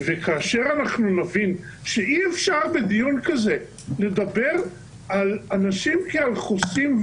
כאשר אנחנו נבין שאי אפשר בדיון כזה לדבר על אנשים כעל חוסים,